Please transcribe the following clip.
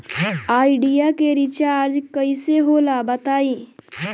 Idea के recharge कइसे होला बताई?